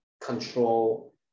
control